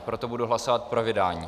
Proto budu hlasovat pro vydání.